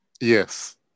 Yes